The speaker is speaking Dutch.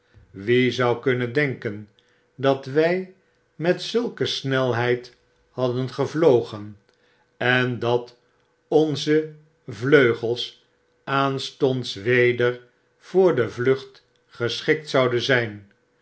wie zou kunnen denken dat wjj met zulke snelheid hadden gevlogen en dat onze vleugels aanstonds weder voor de vlucht geschikt zouden zgn